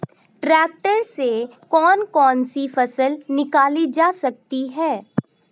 Tractor से कौन कौनसी फसल निकाली जा सकती हैं?